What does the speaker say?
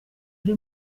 ari